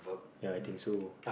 ya I think so